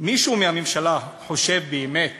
מישהו מהממשלה חושב באמת